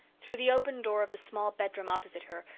through the open door of the small bedroom opposite her,